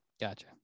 gotcha